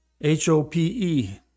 H-O-P-E